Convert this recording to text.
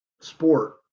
sport